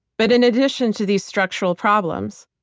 but in addition to these structural problems,